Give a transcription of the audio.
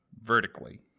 vertically